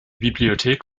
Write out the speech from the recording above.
bibliothek